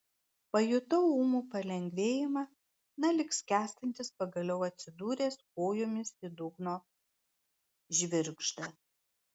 pajutau ūmų palengvėjimą na lyg skęstantis pagaliau atsidūręs kojomis į dugno žvirgždą